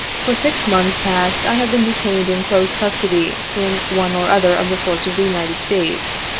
for six months past i have been detained in close custody in one or other of the forts of the united states.